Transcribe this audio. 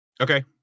Okay